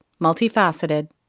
multifaceted